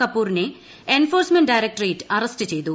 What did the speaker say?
കപൂറിനെ enforcement directorate arrest ചെയ്തു